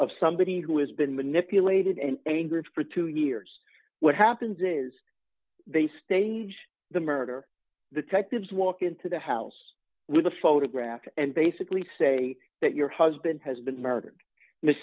of somebody who has been manipulated and angered for two years what happens is they stage the murder the type is walk into the house with a photograph and basically say that your husband has been murdered m